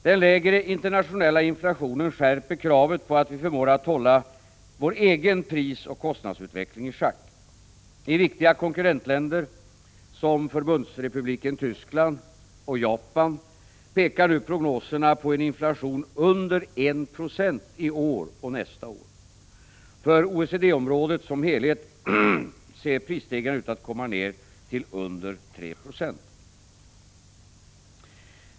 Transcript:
Den lägre internationella inflationen skärper kravet på att vi förmår att hålla vår egen prisoch kostnadsutveckling i schack. I viktiga konkurrentländer som Förbundsrepubliken Tyskland och Japan pekar nu prognoserna på en inflation under 1 96 i år och nästa år. För OECD-området som helhet ser prisstegringarna ut att komma ned till under 3 96.